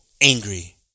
angry